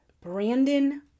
Brandon